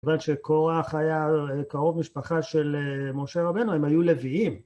כיוון שכורח היה קרוב משפחה של משה רבנו, הם היו לוויים.